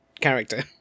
character